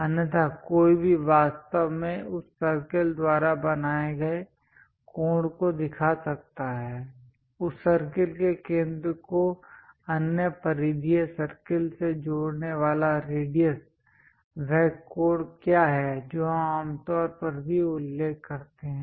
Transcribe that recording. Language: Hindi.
अन्यथा कोई भी वास्तव में उस सर्कल द्वारा बनाए गए कोण को दिखा सकता है उस सर्कल के केंद्र को अन्य परिधीय सर्कल से जोड़ने वाला रेडियस वह कोण क्या है जो हम आमतौर पर भी उल्लेख करते हैं